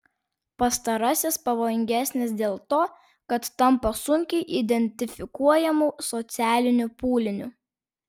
pastarasis pavojingesnis dėl to kad tampa sunkiai identifikuojamu socialiniu pūliniu